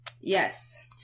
Yes